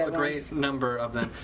ah number of them.